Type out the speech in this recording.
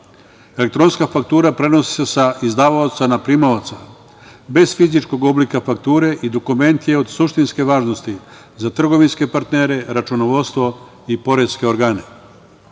Elektronska faktura prenosi se sa izdavaoca na primaoca bez fizičkog oblika fakture i dokument je od suštinske važnosti za trgovinske partnere, računovodstvo i poreske